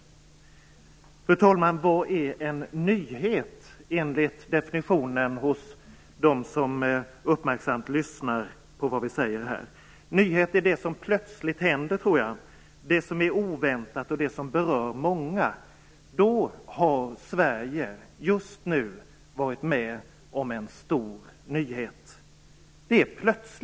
Fru talman! Vad är en nyhet, enligt definitionen hos dem som uppmärksamt lyssnar på det som här sägs? En nyhet är det som plötsligt händer, det som är oväntat och som berör många. I så fall har Sverige just nu varit med om en stor nyhet.